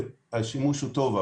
השימוש הוא טוב.